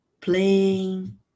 playing